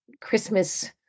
Christmas